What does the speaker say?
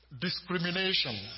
Discrimination